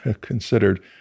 considered